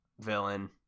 villain